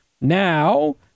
Now